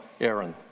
Aaron